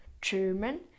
German